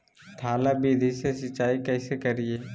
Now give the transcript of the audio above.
थाला विधि से सिंचाई कैसे करीये?